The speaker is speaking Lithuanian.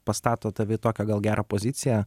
pastato tave į tokią gal gerą poziciją